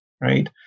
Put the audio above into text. right